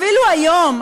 אפילו היום,